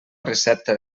recepta